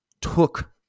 took